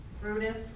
Brutus